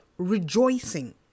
rejoicing